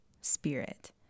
spirit